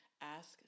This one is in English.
Ask